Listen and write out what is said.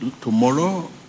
tomorrow